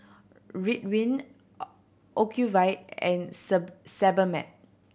Ridwind Ocuvite and Sebamed